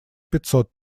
пятьсот